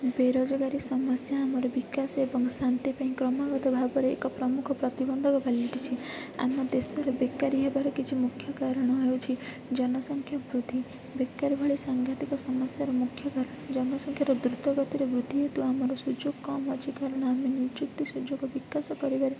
ବେରୋଜଗାରୀ ସମସ୍ୟା ଆମର ବିକାଶ ଏବଂ ଶାନ୍ତି ପାଇଁ କ୍ରମାଗତ ଭାବରେ ଏକ ପ୍ରମୁଖ ପ୍ରତିବନ୍ଧକ ପାଲଟିଛି ଆମ ଦେଶରେ ବେକାରି ହେବାର କିଛି ମୁଖ୍ୟ କାରଣ ହେଉଛି ଜନସଂଖ୍ୟା ବୃଦ୍ଧି ବେକାର ଭଳି ସାଙ୍ଘାତିକ ସମସ୍ୟାର ମୁଖ୍ୟ କାରଣ ଜନସଂଖ୍ୟାର ଦୃତ ଗତିରେ ବୃଦ୍ଧି ହେତୁ ଆମର ସୁଯୋଗ କମ୍ ଅଛି କାରଣ ଆମେ ନିଯୁକ୍ତି ସୁଯୋଗ ବିକାଶ କରିବାରେ